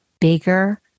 bigger